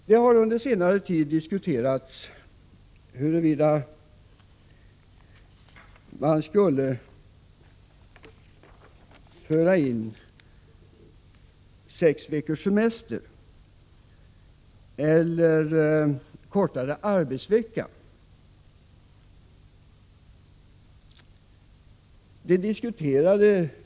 Det har under senare tid diskuterats huruvida sex veckors semester eller kortare arbetsvecka skall införas.